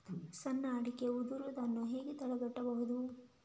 ಸಣ್ಣ ಅಡಿಕೆ ಉದುರುದನ್ನು ಹೇಗೆ ತಡೆಗಟ್ಟಬಹುದು?